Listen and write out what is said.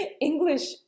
English